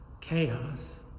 chaos